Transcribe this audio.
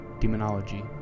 Demonology